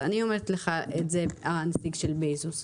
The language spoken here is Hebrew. אני אומרת לך את זה מהנציג של בזוס,